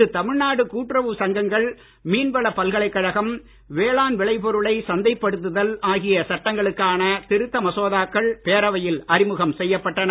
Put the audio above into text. இன்று தமிழ்நாடு கூட்டுறவுச் சங்கங்கள் மீன்வள பல்கலைக்கழகம் வேளாண் விளைபொருளை சந்தைப் படுத்துதல் ஆகிய சட்டங்களுக்கான திருத்த மசோதாக்கள் பேரவையில் அறிமுகம் செய்யப்பட்டன